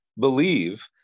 believe